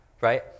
right